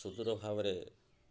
ସୁଦୁର ଭାବରେ